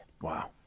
wow